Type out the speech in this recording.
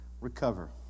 recover